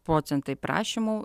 procentai prašymų